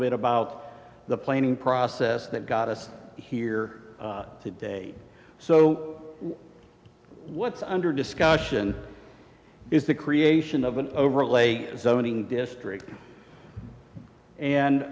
bit about the planning process that got us here today so what's under discussion is the creation of an overlay zoning district and